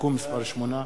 (תיקון מס' 8),